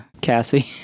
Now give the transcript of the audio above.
Cassie